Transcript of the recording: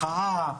מחאה,